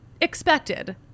expected